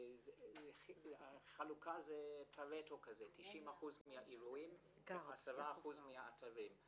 החלוקה היא 90% מהאירועים, 10% מהאתרים,